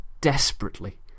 desperately